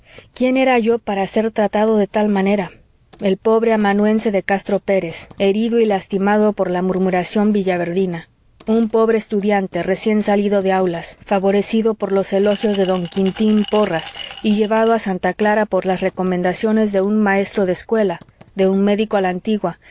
quién era yo para ser tratado de tal manera el pobre amanuense de castro pérez herido y lastimado por la murmuración villaverdina un pobre estudiante recién salido de aulas favorecido por los elogios de don quintín porras y llevado a santa clara por las recomendaciones de un maestro de escuela de un médico a la antigua